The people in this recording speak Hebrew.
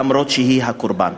למרות שהיא הקורבן.